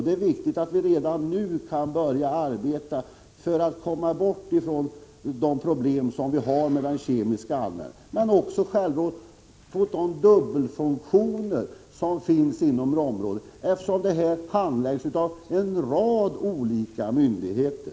Det är viktigt att vi redan nu kan börja arbetet med att undanröja de problem som är en följd av kemikalieanvändningen men också att få bort de dubbelfunktioner som finns inom området, eftersom dessa frågor handläggs av en rad olika myndigheter.